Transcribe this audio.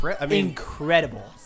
incredible